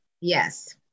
Yes